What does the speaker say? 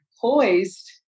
poised